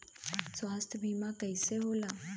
स्वास्थ्य बीमा कईसे होला?